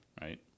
right